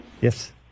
yes